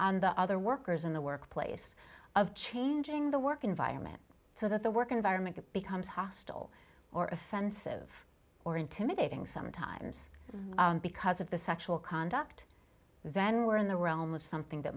the other workers in the workplace of changing the work environment so that the work environment becomes hostile or offensive or intimidating sometimes because of the sexual conduct then we're in the realm of something that